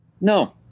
No